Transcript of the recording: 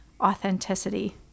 authenticity